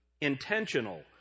intentional